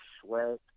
Sweat